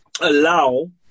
allow